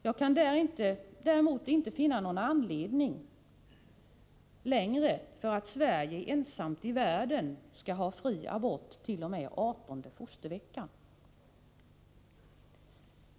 Jag kan däremot inte längre finna någon anledning till att Sverige ensamt i världen skall ha fri abort t.o.m. 18:e fosterveckan.